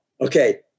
okay